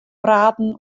praten